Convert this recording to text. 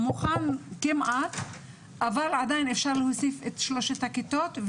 מוכן כמעט אבל עדיין אי אפשר להוסיף את שלושת הכיתות.